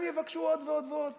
הם יבקשו עוד ועוד ועוד